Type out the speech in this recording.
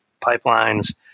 pipelines